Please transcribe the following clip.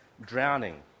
drowning